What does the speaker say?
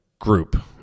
group